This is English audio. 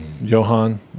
Johan